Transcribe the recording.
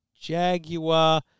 Jaguar